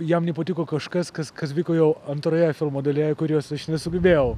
jam nepatiko kažkas kas kas vyko jau antroje filmo dalyje kurios aš nesugebėjau